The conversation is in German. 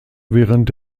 während